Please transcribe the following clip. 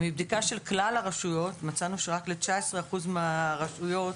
מבדיקה של כלל הרשויות עולה שרק ל-19 אחוזים מהרשויות